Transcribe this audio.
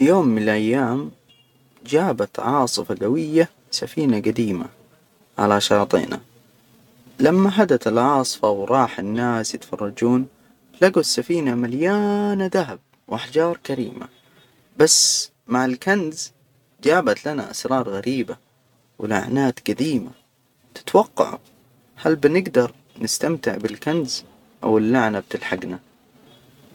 في يوم من الأيام، جابت عاصفة جوية سفينة جديمة على شواطئنا. لما هدت العاصفة، وراح الناس يتفرجون، لجوا السفينة مليانة ذهب وأحجار كريمة، بس مع الكنز، جابت لنا أسرار غريبة ولعنات جديمة تتوقعوا؟ هل بنجدر نستمتع بالكنز؟ أو اللعنة بتلحجنا؟